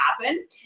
Happen